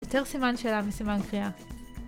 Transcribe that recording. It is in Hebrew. יותר סימן שאלה מסימן קריאה